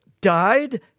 died